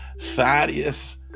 Thaddeus